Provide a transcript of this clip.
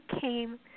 came